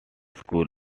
schools